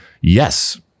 yes